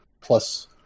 plus